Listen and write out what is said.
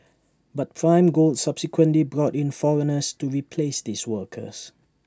but prime gold subsequently brought in foreigners to replace these workers